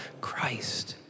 Christ